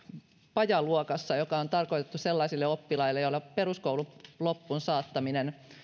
pajaluokassa joka on tarkoitettu sellaisille oppilaille joilla peruskoulun loppuunsaattaminen